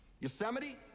Yosemite